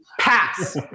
pass